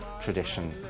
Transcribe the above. tradition